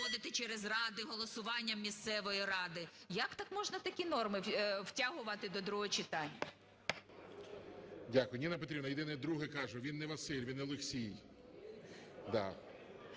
проводити через ради, голосуванням місцевої ради. Як так можна такі норми втягувати до другого читання? ГОЛОВУЮЧИЙ. Дякую. Ніна Петрівна, єдине, вдруге кажу, він – не Василь, він – Олексій.